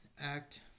act